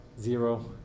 zero